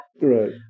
Right